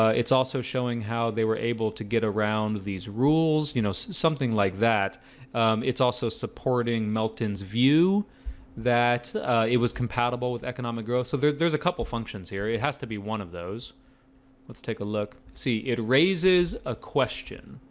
it's also showing how they were able to get around these rules, rules, you know, something like that it's also supporting melton's view that it was compatible with economic growth. so there's there's a couple functions here it has to be one of those let's take a look. see it raises a question